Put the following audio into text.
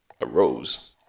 arose